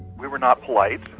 we were not polite,